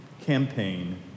campaign